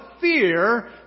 fear